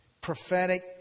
prophetic